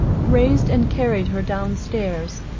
raised and carried her down stairs.